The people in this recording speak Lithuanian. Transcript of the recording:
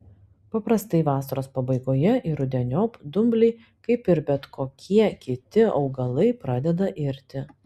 paprastai vasaros pabaigoje ir rudeniop dumbliai kaip ir bet kokie kiti augalai pradeda irti